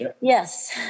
Yes